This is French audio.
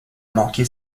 manqué